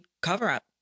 cover-up